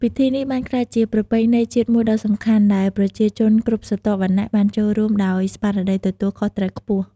ពិធីនេះបានក្លាយជាប្រពៃណីជាតិមួយដ៏សំខាន់ ដែលប្រជាជនគ្រប់ស្រទាប់វណ្ណៈបានចូលរួមដោយស្មារតីទទួលខុសត្រូវខ្ពស់។